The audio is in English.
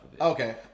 Okay